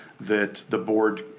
that the board